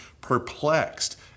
perplexed